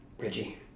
Reggie